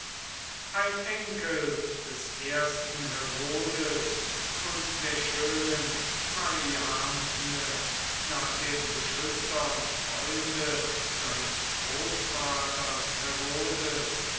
ein enkel des ersten herodes und der schönen mariamne nach dem beschützer und freunde seines großvaters herodes